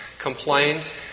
Complained